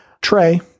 Trey